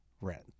rent